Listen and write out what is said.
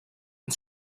and